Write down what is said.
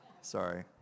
sorry